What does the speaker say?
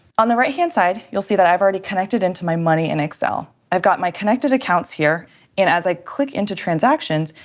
on the right-hand side, you'll see that i've already connected into my money in excel. excel. i've got my connected accounts here and as i click into transactions,